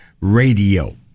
radio